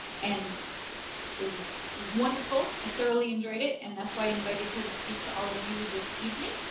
and it was it was wonderful. i thoroughly enjoyed it and that's why i invited her to speak to all of you this evening.